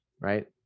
Right